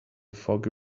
foggy